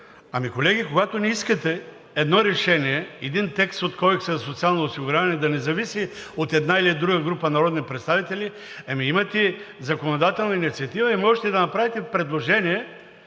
Колеги, когато не искате едно решение, един текст от Кодекса за социално осигуряване да не зависи от една или друга група народни представители, ами, имате законодателна инициатива и можете да направите предложение,